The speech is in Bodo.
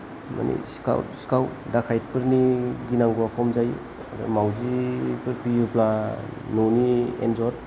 माने सिखाव सिखाव दाखायतफोरनि गिनांगौवा खम जायो आरो माउजिफोर फियोब्ला न'नि एन्जर